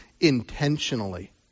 intentionally